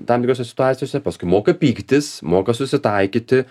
tam tikrose situacijose paskui moka pyktis moka susitaikyti